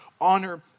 honor